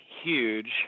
huge